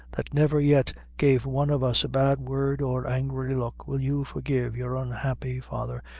that never yet gave one of us a bad word or angry look will you forgive your unhappy father,